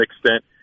extent